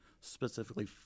specifically